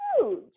huge